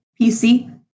PC